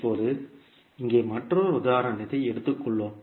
இப்போது இங்கே மற்றொரு உதாரணத்தை எடுத்துக் கொள்வோம்